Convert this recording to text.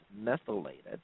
methylated